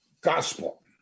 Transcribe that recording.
gospel